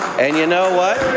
and you know what,